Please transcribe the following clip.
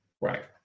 right